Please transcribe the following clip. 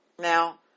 Now